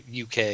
UK